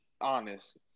honest